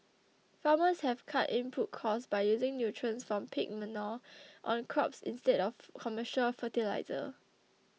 farmers have cut input costs by using nutrients from pig manure on crops instead of commercial fertiliser